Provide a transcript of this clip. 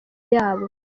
yayo